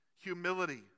humility